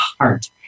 heart